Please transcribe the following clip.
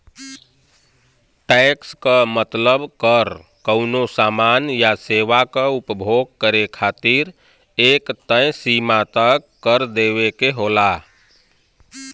tax क मतलब कर कउनो सामान या सेवा क उपभोग करे खातिर एक तय सीमा तक कर देवे क होला